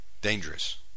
Dangerous